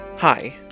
Hi